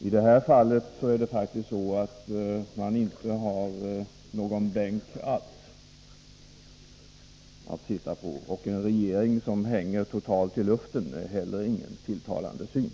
I det här fallet är det faktiskt så att man inte har någon bänk alls att sitta på. En regering som totalt hänger i luften är inte heller någon tilltalande syn.